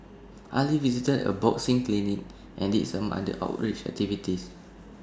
Ali visited A boxing clinic and did some other outreach activities